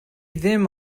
ddim